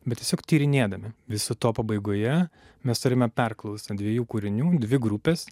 bet tiesiog tyrinėdami viso to pabaigoje mes turime perklausą dviejų kūrinių dvi grupės